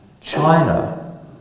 China